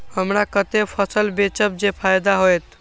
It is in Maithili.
हमरा कते फसल बेचब जे फायदा होयत?